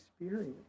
experience